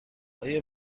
آیا